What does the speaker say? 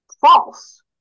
false